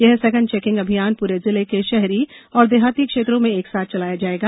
यह सघन चैकिंग अभियान पूरे जिले के शहरी और देहात क्षेत्रों में एक साथ चलाया जाएगा